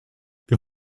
wir